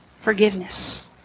Forgiveness